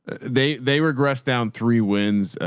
they they regressed down three wins.